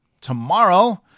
tomorrow